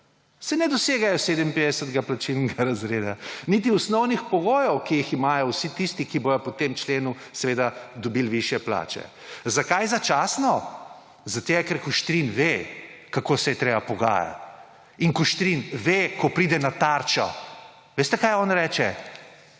Saj ne dosegajo 57. plačilnega razreda. Niti osnovnih pogojev, ki jih imajo vsi tisti, ki bodo po tem členu seveda dobili višje plače. Zakaj začasno? Zaradi tega, ker Kuštrin ve, kako se je treba pogajati. In Kuštrin ve, ko pride na Tarčo, veste, kaj on reče?